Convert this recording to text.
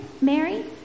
Mary